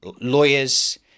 lawyers